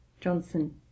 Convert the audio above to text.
Johnson